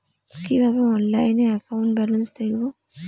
কিভাবে অনলাইনে account balance দেখবো?